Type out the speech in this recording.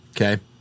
okay